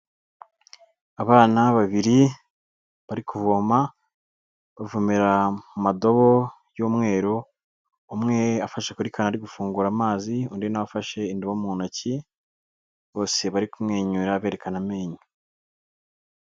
Abana babiri bari kuvoma bavomera madobo y'umweru, umwe afashe kuri kano ari gufungura amazi, undi na we afashe indobo mu ntoki, bose bari kumwenyura berekana amenyo.